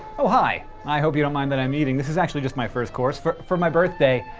oh hi! i hope you don't mind that i'm eating. this is actually just my first course. for for my birthday,